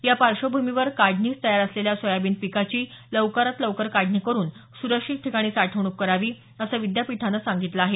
या पार्श्वभूमीवर काढणीस तयार असलेल्या सोयाबीन पिकाची लवकरात लवकर काढणी करून स्रक्षित ठिकाणी साठवणूक करावी असं विद्यापीठानं सांगितलं आहे